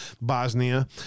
Bosnia